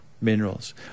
minerals